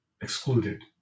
excluded